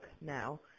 now